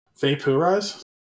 Vaporize